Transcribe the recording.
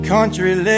Country